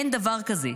אין דבר כזה.